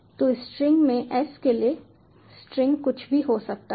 तो स्ट्रिंग में s के लिए स्ट्रिंग कुछ भी हो सकता है